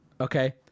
Okay